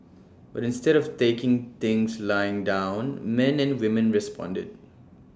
but instead of taking things lying down men and women responded